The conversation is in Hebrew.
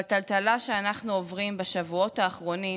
בטלטלה שאנחנו עוברים בשבועות האחרונים,